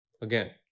Again